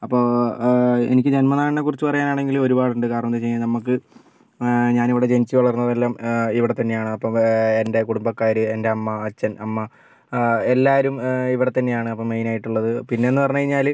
അപ്പോൾ എനിക്ക് ജന്മനാടിനെക്കുറിച്ച് പറയാനാണെങ്കിൽ ഒരുപാടുണ്ട് കാരണമെന്താണെന്ന് വെച്ച് കഴിഞ്ഞാൽ നമുക്ക് ഞാൻ ഇവിടെ ജനിച്ച് വളർന്നതെല്ലാം ഇവടെ തന്നെയാണ് അപ്പം എൻ്റെ കുടുംബക്കാർ എൻ്റെ അമ്മ അച്ഛൻ അമ്മ എല്ലാവരും ഇവിടെ തന്നെയാണ് അപ്പം മെയിനായിട്ടുള്ളത് പിന്നേന്ന് പറഞ്ഞ് കഴിഞ്ഞാൽ